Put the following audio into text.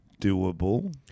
doable